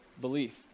belief